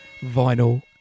vinyl